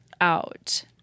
out